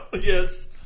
Yes